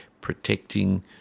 protecting